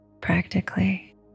practically